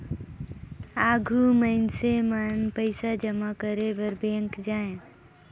आघु मइनसे मन पइसा जमा करे बर बेंक जाएं